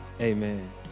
amen